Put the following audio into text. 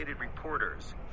reporters